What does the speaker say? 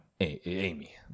Amy